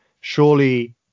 surely